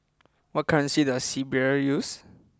what currency does Serbia use